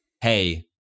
hey